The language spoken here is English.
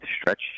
stretch